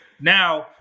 Now